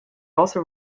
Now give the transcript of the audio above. also